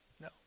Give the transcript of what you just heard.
No